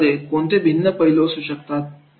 मग त्याच्यामध्ये कोणते भिन्न पैलू असू शकतात